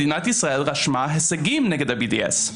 מדינת ישראל רשמה הישגים נגד ה-BDS,